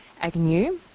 Agnew